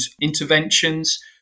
interventions